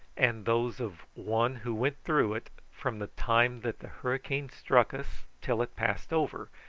and those of one who went through it from the time that the hurricane struck us till it passed over,